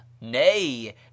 nay